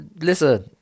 Listen